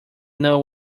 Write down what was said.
know